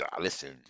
listen